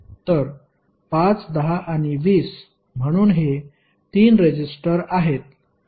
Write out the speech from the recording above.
तर 5 10 आणि 20 म्हणून हे 3 रेजिस्टर आहेत